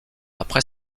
après